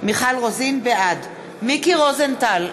בעד מיקי רוזנטל,